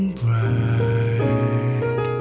bright